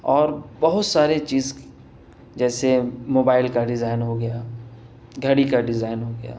اور بہت سارے چیز جیسے موبائل کا ڈیزائن ہو گیا گھڑی کا ڈیزائن ہو گیا